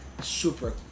Super